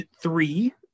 three